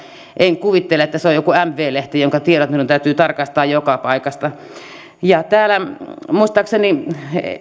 en kuvittele että se on joku mv lehti jonka tiedot minun täytyy tarkistaa joka paikasta täällä muistaakseni